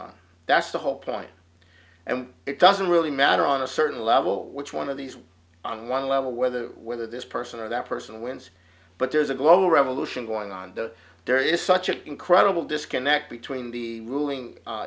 on that's the whole point and it doesn't really matter on a certain level which one of these on one level whether whether this person or that person wins but there's a global revolution going on that there is such an incredible disconnect between the ruling